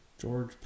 george